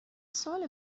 ساله